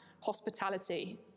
hospitality